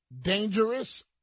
Dangerous